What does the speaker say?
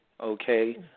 okay